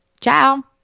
Ciao